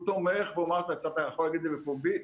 והוא אמר שאני יכול להגיד את זה בפומבי,